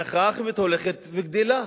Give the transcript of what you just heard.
המחאה החברתית הולכת וגדלה.